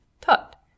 Tut